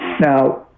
Now